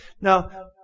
Now